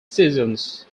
seasons